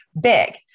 big